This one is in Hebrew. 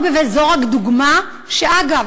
לא רק וזו רק דוגמה, ואגב,